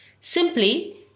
Simply